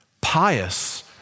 pious